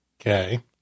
Okay